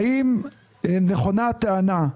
האם נכונה הטענה,